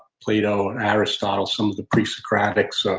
plato and aristotle, some of the presocratics